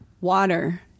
water